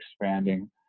expanding